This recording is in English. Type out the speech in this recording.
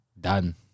Done